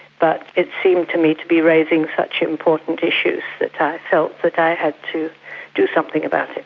but it seemed to me to be raising such important issues that i felt that i had to do something about it.